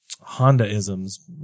Honda-isms